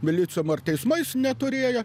milicijom ar teismais neturėję